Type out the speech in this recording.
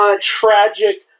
tragic